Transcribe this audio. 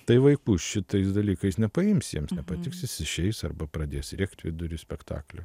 tai vaikų šitais dalykais nepaimsi jiems nepatiks įsižeis arba pradės rėkt vidury spektaklio